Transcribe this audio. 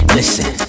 listen